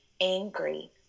angry